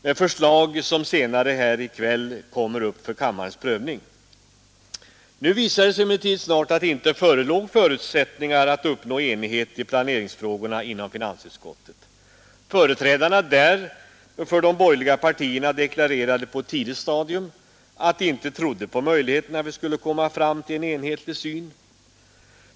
Det är förslag som senare i kväll kommer upp till kammarens prövning. Nu visade det sig snart att det inte förelåg förutsättningar att uppnå enighet i planeringsfrågorna inom finansutskottet. Företrädarna för de borgerliga partierna deklarerade på ett tidigt stadium att de inte trodde på möjligheten att vi skulle komma fram till en enhetlig syn.